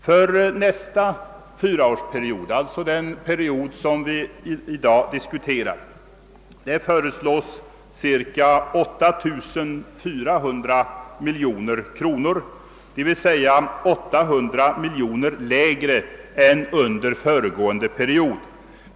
För nästa fyraårsperiod — alltså den period som vi i dag diskuterar — föreslås cirka 8400 miljoner kronor, d.v.s. ett 800 miljoner lägre belopp än under föregående fyraårsperiod.